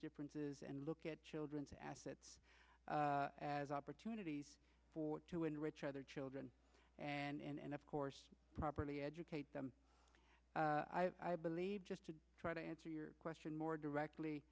differences and look at childrens assets as opportunities for to enrich other children and of course properly educate them i believe just to try to answer your question more directly